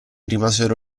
rimasero